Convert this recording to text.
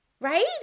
right